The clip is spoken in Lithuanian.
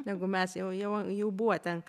negu mes jau jau jau buvo ten